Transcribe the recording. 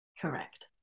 Correct